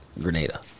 Grenada